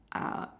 uh